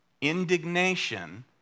indignation